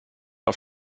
auf